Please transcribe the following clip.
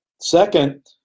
Second